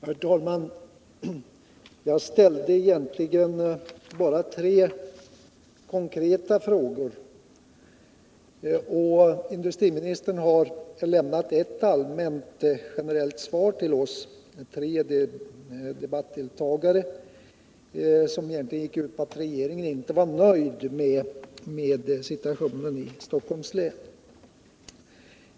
Herr talman! Jag ställde egentligen bara tre konkreta frågor till industriministern, men han har lämnat ett generellt svar till oss tre debattdeltagare. Hans besked gick i stort sett ut på att regeringen inte är nöjd med situationen i Stockholms län.